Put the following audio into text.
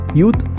Youth